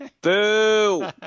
Boo